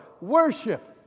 worship